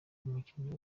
umukinnyi